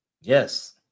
yes